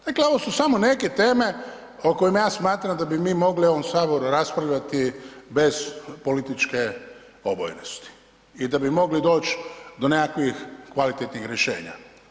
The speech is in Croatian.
Dakle ovo su samo neke teme o kojima ja smatram da bi mi mogli u ovom saboru raspravljati bez političke obojenosti i da bi mogli doći do nekakvih kvalitetnih rješenja.